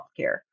healthcare